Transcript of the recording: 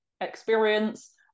experience